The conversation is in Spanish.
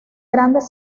grandes